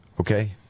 Okay